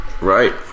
Right